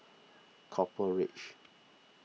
Copper Ridge